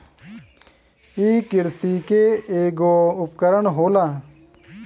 इ किरसी के ऐगो उपकरण होला